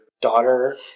Daughter